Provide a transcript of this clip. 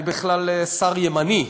אני בכלל שר ימני,